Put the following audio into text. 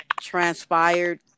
transpired